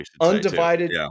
undivided